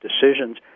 decisions